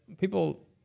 people